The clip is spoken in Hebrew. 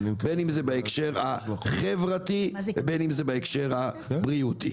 בין אם זה בהקשר החברתי ובין אם זה בהקשר הבריאותי.